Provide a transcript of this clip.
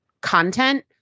content